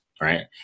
Right